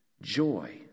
joy